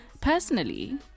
Personally